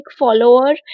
follower